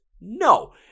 No